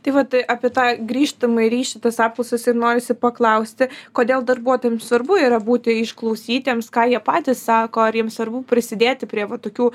tai vat apie tą grįžtamąjį ryšį tas apklausas ir norisi paklausti kodėl darbuotojams svarbu yra būti išklausytiems ką jie patys sako ar jiems svarbu prisidėti prie va tokių